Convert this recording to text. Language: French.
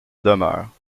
demeure